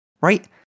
Right